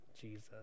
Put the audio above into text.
Jesus